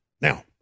Now